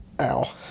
ow